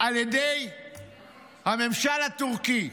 על ידי הממשל הטורקי.